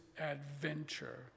adventure